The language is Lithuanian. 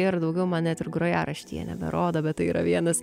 ir daugiau man net ir grojaraštyje neberodo bet tai yra vienas